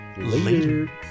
Later